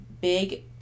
big